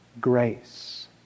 Grace